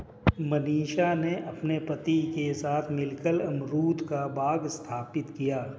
मनीषा ने अपने पति के साथ मिलकर अमरूद का बाग स्थापित किया